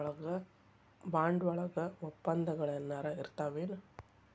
Bond ವಳಗ ವಪ್ಪಂದಗಳೆನರ ಇರ್ತಾವೆನು?